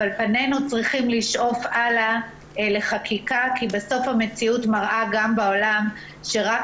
אבל פנינו צריכים לשאוף הלאה לחקיקה כי בסוף המציאות מראה גם בעולם שרק